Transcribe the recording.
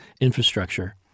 infrastructure